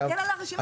תסתכל על הרשימה.